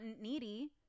needy